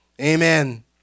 Amen